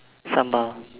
sambal